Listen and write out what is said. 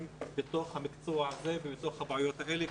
בתוך המקצוע הזה ובתוך הבעיות האלה.